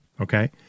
Okay